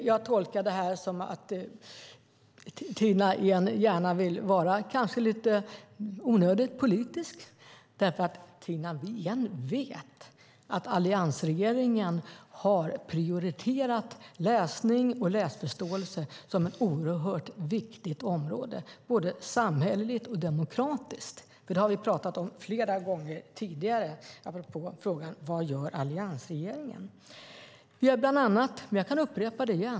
Jag tolkar det som att Tina Ehn vill vara lite onödigt politisk, för Tina Ehn vet att alliansregeringen har prioriterat läsning och läsförståelse som ett oerhört viktigt område både samhälleligt och demokratiskt. Det har vi talat om flera gånger tidigare apropå frågan: Vad gör alliansregeringen? Låt mig upprepa det.